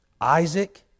Isaac